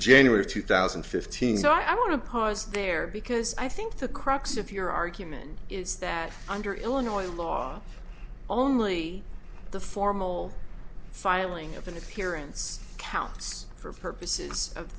january two thousand and fifteen so i want to pause there because i think the crux of your argument is that under illinois law only the formal filing of an appearance counts for purposes of